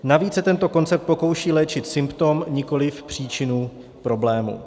Navíc se tento koncept pokouší léčit symptom, nikoli příčinu problému.